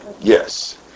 Yes